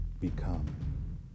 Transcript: become